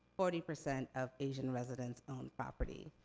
forty percent of asian residents own property,